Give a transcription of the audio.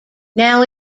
now